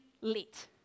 lit